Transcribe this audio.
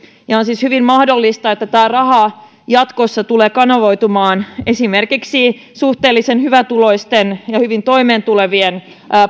on siis hyvin mahdollista että tämä raha jatkossa tulee kanavoitumaan esimerkiksi suhteellisen hyvätuloisten ja hyvin toimeentulevien